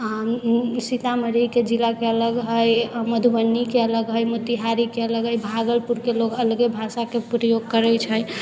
सीतामढ़ीके जिलाके अलग है मधुबनीके अलग है मोतिहारिके अलग है भागलपुरके लोक अलगे भाषाके प्रयोग करै छै